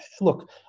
look